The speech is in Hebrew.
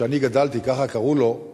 כשאני גדלתי ככה קראו לו,